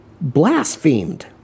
Blasphemed